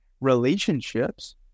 relationships